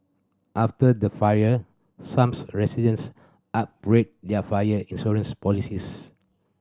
after the fire some residents upgraded their fire insurance policies